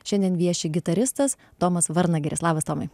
šiandien vieši gitaristas tomas varnagiris labas tomai